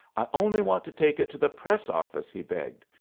i only want to take it to the press office, he begged.